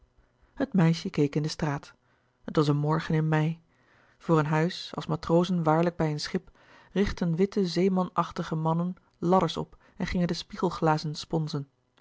het meisje keek in de straat het was een morgen in mei voor een huis als matrozen waarlijk bij een schip richtten witte zeeman achtige mannen ladders op en gingen de spiegelglazen sponzen